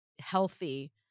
healthy